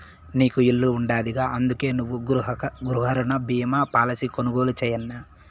నీకు ఇల్లుండాదిగా, అందుకే నువ్వు గృహరుణ బీమా పాలసీ కొనుగోలు చేయన్నా